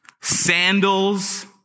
sandals